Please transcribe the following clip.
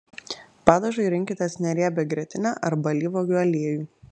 padažui rinkitės neriebią grietinę arba alyvuogių aliejų